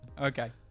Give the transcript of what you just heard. Okay